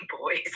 boys